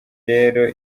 rero